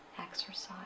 exercise